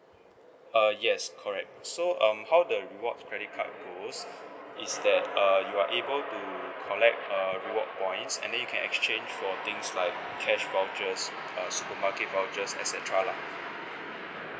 uh yes correct so um how the reward credit card goes is that uh you are able to collect a reward points and then you can exchange for things like cash vouchers uh supermarket vouchers et cetera lah